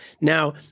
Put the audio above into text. Now